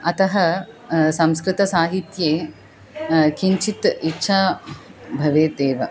अतः संस्कृतसाहित्ये किञ्चित् इच्छा भवेतेव